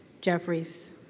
Jeffries